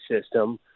system